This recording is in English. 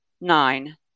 Nine